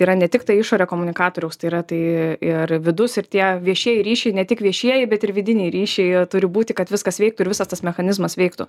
yra ne tiktai išorė komunikatoriaus tai yra tai ir vidus ir tie viešieji ryšiai ne tik viešieji bet ir vidiniai ryšiai turi būti kad viskas veiktų ir visas tas mechanizmas veiktų